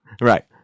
Right